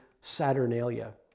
Saturnalia